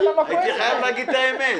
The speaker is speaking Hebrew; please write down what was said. איתן,